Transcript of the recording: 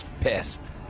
pissed